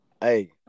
Hey